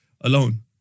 Alone